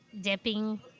dipping